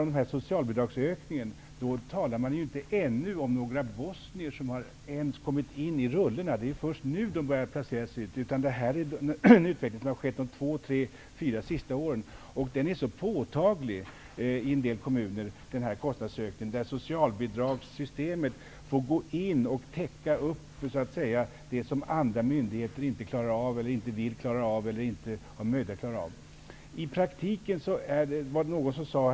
När det gäller socialbidragsökningen är det ännu inte fråga om bosnierna, som ju inte ens kommit med i rullorna. Det är ju först nu som man börjar placera ut bosnierna. Jag avser i stället utvecklingen under de två, tre eller fyra senaste åren. Kostnadsökningen i detta sammanhang är högst påtaglig i en del kommuner. Via socialbidragssystemet får man täcka in det som andra myndigheter inte klarar av, inte vill klara av eller inte har möjligheter att klara av.